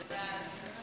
סעיף